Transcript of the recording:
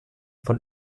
von